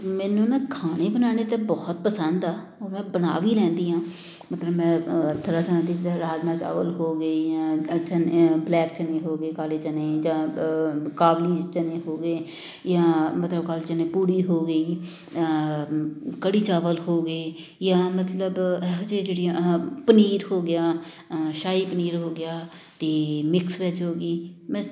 ਮੈਨੂੰ ਨਾ ਖਾਣੇ ਬਣਾਉਣੇ ਤਾਂ ਬਹੁਤ ਪਸੰਦ ਆ ਉਹ ਮੈਂ ਬਣਾ ਵੀ ਲੈਂਦੀ ਹਾਂ ਮਤਲਬ ਮੈਂ ਅ ਤਰ੍ਹਾਂ ਤਰ੍ਹਾਂ ਦੇ ਜਿੱਦਾਂ ਰਾਜਮਾਂਹ ਚਾਵਲ ਹੋ ਗਏ ਜਾਂ ਅ ਚਨੇ ਬਲੈਕ ਚਨੇ ਹੋ ਗਏ ਕਾਲੇ ਚਨੇ ਜਾਂ ਕਾਬਲੀ ਚਨੇ ਹੋ ਗਏ ਜਾਂ ਮਤਲਬ ਕਾਲੇ ਚਨੇ ਪੂੜੀ ਹੋ ਗਈ ਕੜੀ ਚਾਵਲ ਹੋ ਗਏ ਜਾਂ ਮਤਲਬ ਜੇ ਜਿਹੜੀਆਂ ਅਹ ਪਨੀਰ ਹੋ ਗਿਆ ਸ਼ਾਹੀ ਪਨੀਰ ਹੋ ਗਿਆ ਅਤੇ ਮਿਕਸ ਵੈਜ ਹੋ ਗਈ ਮੈਂ